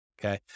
okay